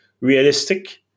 realistic